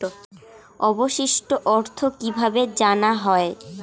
অবশিষ্ট অর্থ কিভাবে জানা হয়?